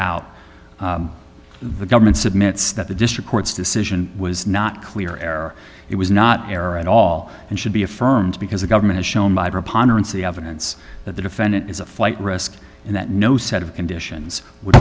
set out the government's admits that the district court's decision was not clear error it was not fair at all and should be affirmed because the government as shown by her upon or insee evidence that the defendant is a flight risk and that no set of conditions would